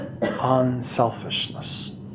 unselfishness